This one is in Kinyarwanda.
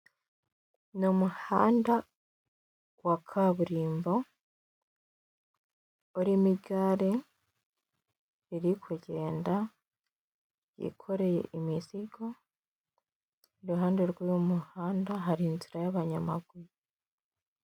Ni umuhanda wa kaburimbo urimo igare riri kugenda ryikoreye imizigo iruhande rwuwo muhanda hari inzira y'abanyamaguru.